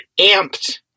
amped